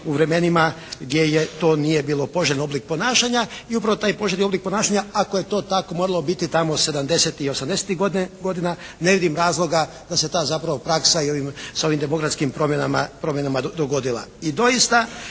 u vremenima gdje to nije bio poželjan oblik ponašanja i upravo taj poželjni oblik ponašanja ako je to tako moralo biti tamo 70-tih i 80-tih godina, ne vidim razloga da se ta zapravo praksa i s ovim demokratskim promjenama dogodila.